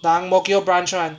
the ang mo kio branch [one]